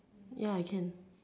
ya I can